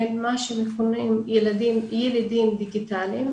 בין מי שמכונים ילידים דיגיטליים,